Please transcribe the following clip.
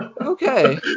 Okay